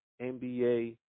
NBA